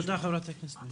תודה, חברת הכנסת סאלח.